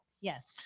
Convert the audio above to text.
Yes